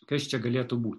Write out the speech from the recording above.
kas čia galėtų būti